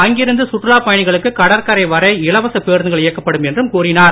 அங்கிருந்து சுற்றுலாப் பயணிகளுக்கு கடற்கரை வரை இலவச பேருந்துகள் இயக்கப்படும் என்றும் கூறினார்